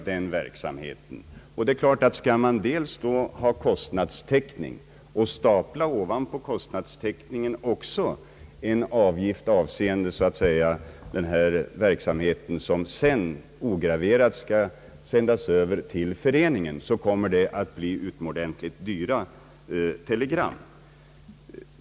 Skall man ta ut full kostnadstäckning och ovanpå den stapla också en avgift som ograverad skall gå till Nationalföreningen mot hjärtoch lungsjukdomar, så blir det utomordentligt dyra telegram.